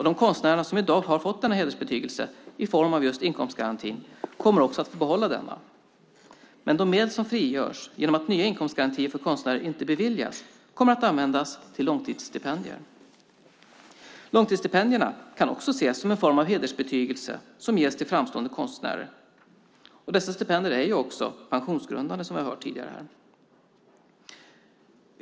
De konstnärer som i dag har fått denna hedersbetygelse, i form av inkomstgarantin, kommer också att få behålla denna. Men de medel som frigörs genom att inga nya inkomstgarantier beviljas kommer att användas till långtidsstipendier. Långtidsstipendierna kan också ses som en form av hedersbetygelse som ges till framstående konstnärer. Dessa stipendier är pensionsgrundande, som vi har hört tidigare.